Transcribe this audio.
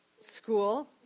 school